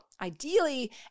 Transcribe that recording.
ideally